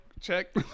Check